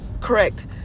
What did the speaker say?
correct